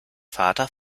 vater